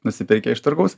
nusipirkę iš turgaus